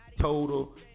Total